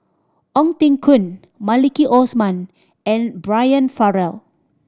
Ong Teng Koon Maliki Osman and Brian Farrell